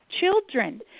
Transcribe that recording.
children